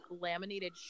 laminated